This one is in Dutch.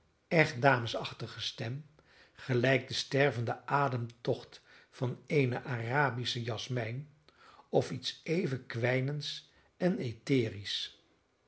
echt damesachtige stem gelijk de stervende ademtocht van eene arabische jasmijn of iets even kwijnends en